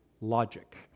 logic